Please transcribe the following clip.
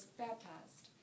baptized